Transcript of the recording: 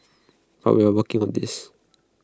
but we are working on this